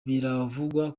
biravugwa